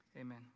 Amen